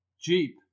Jeep